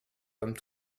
comme